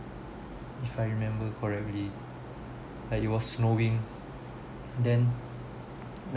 if I remember correctly like it was snowing then